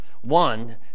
One